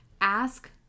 ask